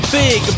big